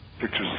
pictures